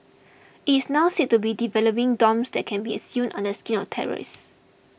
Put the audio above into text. he is now said to be developing bombs that can be a sewn under the skin of terrorists